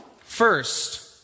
First